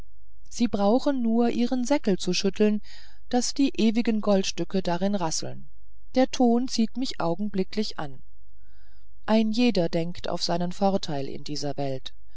sie brauchen nur ihren säckel zu schütteln daß die ewigen goldstücke darinnen rasseln der ton zieht mich augenblicklich an ein jeder denkt auf seinen vorteil in dieser welt